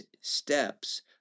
steps